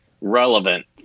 relevant